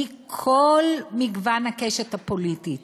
מכל מגוון הקשת הפוליטית.